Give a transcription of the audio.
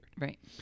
right